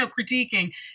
critiquing